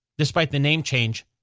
despite the name change,